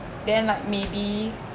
then like maybe